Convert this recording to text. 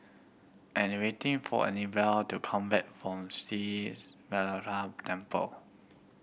I waiting for Anibal to come back from Sri Temple